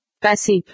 passive